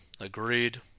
Agreed